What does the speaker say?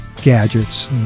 gadgets